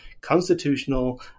constitutional